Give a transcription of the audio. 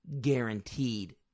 guaranteed